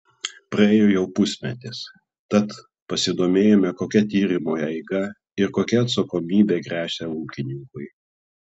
praėjo jau pusmetis tad pasidomėjome kokia tyrimo eiga ir kokia atsakomybė gresia ūkininkui